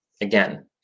again